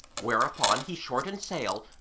whereupon he shortened sail,